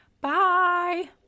Bye